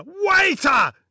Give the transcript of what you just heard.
Waiter